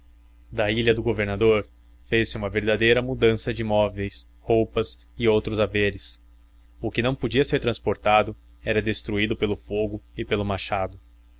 da ilha do governador fez-se uma verdadeira mudança de móveis roupas e outros haveres o que não podia ser transplantado era destruído pelo fogo e pelo machado